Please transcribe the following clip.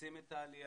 רוצים את העלייה,